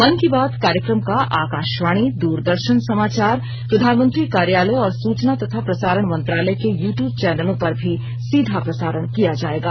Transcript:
मन की बात कार्यक्रम का आकाशवाणी द्रदर्शन समाचार प्रधानमंत्री कार्यालय और सूचना तथा प्रसारण मंत्रालय के यू ट्यूब चैनलों पर भी सीधा प्रसारण किया जाएगा